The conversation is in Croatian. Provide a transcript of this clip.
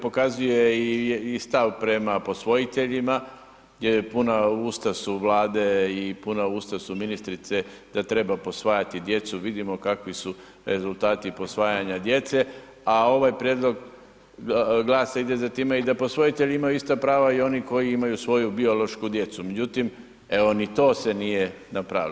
Pokazuje i stav prema posvojiteljima jer puta usta su Vlade i puna usta su ministrice da treba posvajati djecu, vidimo kakvi su rezultati posvajanja djece, a ovaj prijedlog GLAS-a ide za time i da posvojitelji imaju ista prava i oni koji imaju svoju biološku djecu, međutim, evo ni to se nije napravilo.